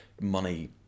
money